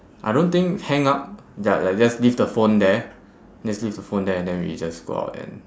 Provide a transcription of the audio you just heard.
I don't think hang up ya like just leave the phone there just leave the phone there and then we just go out and